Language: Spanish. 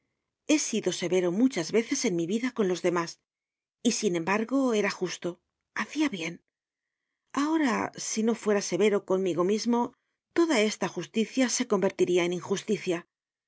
he sido severo muchas veces en mi vida con los demás y sin embargo era justo hacia bien ahora si no fuera severo conmigo mismo toda esta justicia se convertiria en injusticia